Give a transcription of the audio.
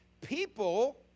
People